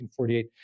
1948